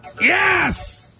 Yes